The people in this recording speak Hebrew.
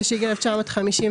התשי"ג-1953.